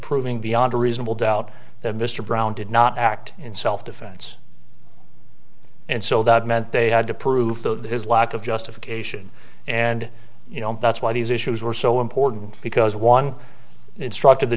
proving beyond a reasonable doubt that mr brown did not act in self defense and so that meant they had to prove that his lack of justification and that's why these issues were so important because one instructed the